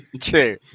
True